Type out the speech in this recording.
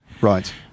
Right